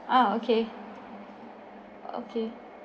ah okay okay